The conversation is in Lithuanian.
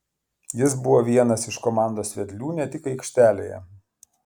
jis buvo vienas iš komandos vedlių ne tik aikštelėje